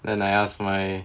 then I ask my